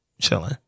Chilling